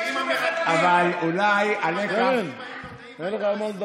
אם המרגלים היו יודעים מה תעשו